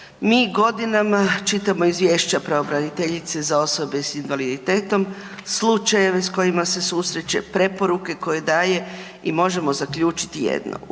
Mi godinama čitamo izvješća pravobraniteljice za osobe sa invaliditetom, slučajeve s kojima se susreće, preporuke koje daje i možemo zaključiti jedno.